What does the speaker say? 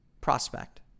prospect